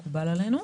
מקובל עלינו.